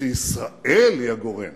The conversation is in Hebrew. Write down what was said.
שישראל היא הגורם